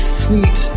sweet